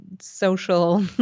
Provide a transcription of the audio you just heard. social